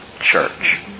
church